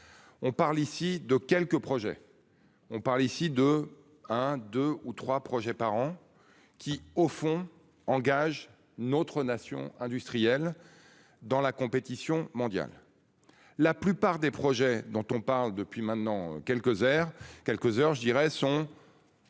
On parle ici de quelques projets. On parle ici de un 2 ou 3 projets par an qui au fond engage notre nation industrielle. Dans la compétition mondiale. La plupart des projets dont on parle depuis maintenant quelques heures quelques heures